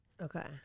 Okay